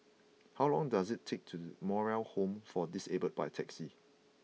how long does it take to The Moral Home for Disabled by taxi